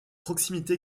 proximité